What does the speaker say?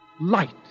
Light